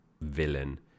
villain